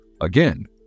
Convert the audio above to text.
Again